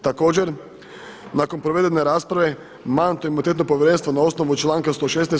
Također nakon provedene rasprave Mandatno-imunitetno povjerenstvo na osnovu članka 116.